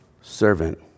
servant